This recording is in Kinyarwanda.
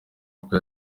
kuko